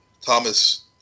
Thomas